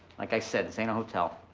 like i said, this ain't a hotel.